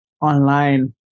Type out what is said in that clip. online